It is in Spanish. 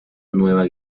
nueva